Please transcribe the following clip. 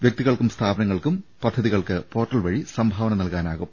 വൃക്തികൾക്കും സ്ഥാപനങ്ങൾക്കും പദ്ധതികൾക്ക് പോർട്ടൽ വഴി സംഭാവന നൽകാനാകും